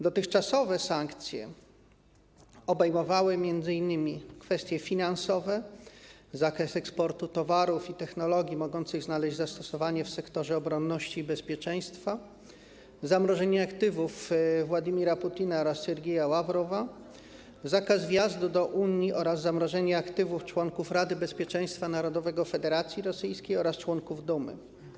Dotychczasowe sankcje obejmowały m.in. kwestie finansowe, zakres eksportu towarów i technologii mogących znaleźć zastosowanie w sektorze obronności i bezpieczeństwa, zamrożenie aktywów Władimira Putina oraz Siergieja Ławrowa, zakaz wjazdu do Unii oraz zamrożenie aktywów członków Rady Bezpieczeństwa Narodowego Federacji Rosyjskiej oraz członków Dumy.